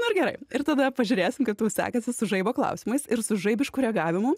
nu ir gerai ir tada pažiūrėsim kaip tau sekas su žaibo klausimais ir su žaibišku reagavimu